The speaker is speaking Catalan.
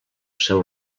seu